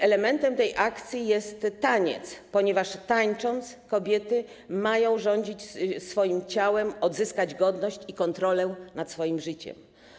Elementem tej akcji jest taniec, ponieważ tańcząc, kobiety mają rządzić swoim ciałem, odzyskać godność i kontrolę nad swoim życiem.